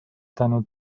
tänu